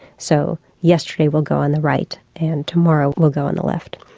so yesterday will go on the right and tomorrow will go on the left.